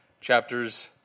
chapters